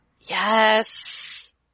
Yes